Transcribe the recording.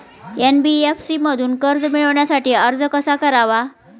NBFC मधून कर्ज मिळवण्यासाठी अर्ज कसा करावा?